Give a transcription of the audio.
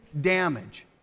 damage